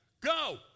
go